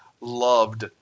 loved